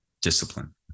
discipline